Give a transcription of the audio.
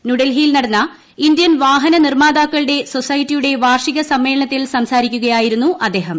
ന്യൂഡൽഹിയിൽ നടന്ന ഇന്ത്യൻ വാഹന്ന നിർമ്മാതാക്കളുടെ സൊസൈറ്റിയുടെ വാർഷിക സമ്മേളനത്തിൽ സംസാരിക്കുകയായിരുന്നു അദ്ദേഹം